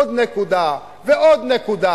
עוד נקודה ועוד נקודה.